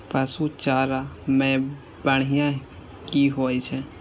पशु चारा मैं बढ़िया की होय छै?